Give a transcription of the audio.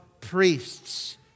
priests